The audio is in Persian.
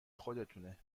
خودتونه